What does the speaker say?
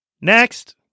Next